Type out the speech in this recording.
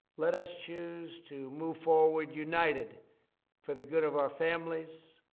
let us choose to move forward, united for the good of our families,